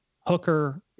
Hooker